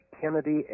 Kennedy